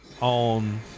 on